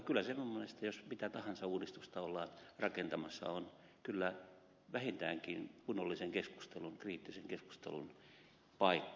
kyllä se minun mielestäni jos mitä tahansa uudistusta ollaan rakentamassa on vähintäänkin kunnollisen kriittisen keskustelun paikka